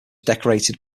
decorated